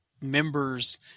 members